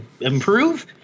improve